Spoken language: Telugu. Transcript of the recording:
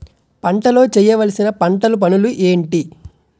పంటలో చేయవలసిన పంటలు పనులు ఏంటి?